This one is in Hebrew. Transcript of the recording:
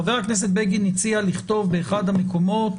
חבר הכנסת בגין הציע לכתוב באחת המקומות